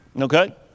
Okay